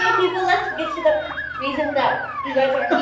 um people, let's get to the reason that you